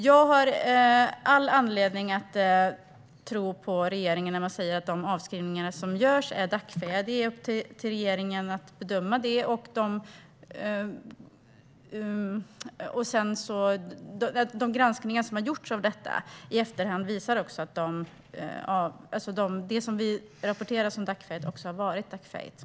Jag har all anledning att tro på regeringen när man säger att de avskrivningar som görs är Dacfähiga. Det är upp till regeringen att bedöma detta. De granskningar som har gjorts av detta i efterhand visar också att det som vi har rapporterat som Dacfähigt också har varit Dacfähigt.